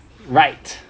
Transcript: right